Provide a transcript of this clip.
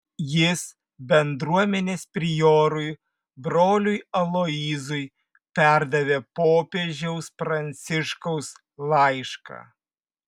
jis bendruomenės priorui broliui aloyzui perdavė popiežiaus pranciškaus laišką